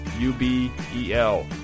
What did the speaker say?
U-B-E-L